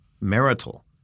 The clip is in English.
marital